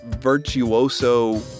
virtuoso